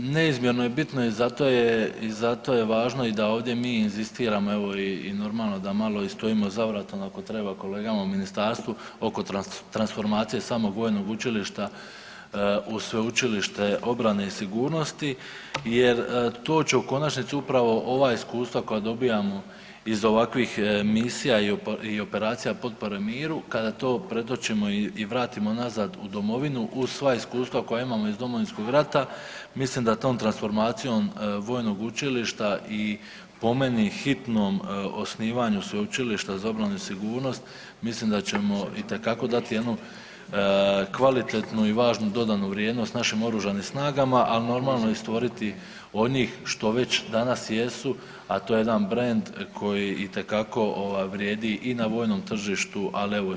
Neizmjerno je bitno i zato je važno da ovdje mi inzistiramo i da malo stojimo za vratom ako treba kolegama u ministarstvu oko transformacije samog Vojnog učilišta u Sveučilište obrane i sigurnosti jer to će u konačnici upravo ova iskustva koja dobivamo iz ovakvih misija i operacija potpore miru, kada to pretočimo i vratimo nazad u domovinu uz sva iskustva koja imamo iz Domovinskog rata, mislim da tom transformacijom Vojnog učilišta i po meni hitnom osnivaju Sveučilišta za obranu i sigurnost, mislim da ćemo itekako dati jednu kvalitetnu i važnu dodanu vrijednost našem oružanim snagama, ali normalno i stvoriti od njih što već danas jesu, a to jedan brend koji itekako vrijedi i na vojnom tržištu, ali evo sutra i na akademskom.